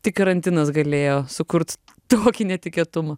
tik karantinas galėjo sukurt tokį netikėtumą